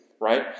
Right